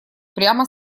прямо